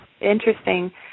interesting